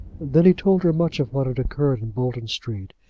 then he told her much of what had occurred in bolton street.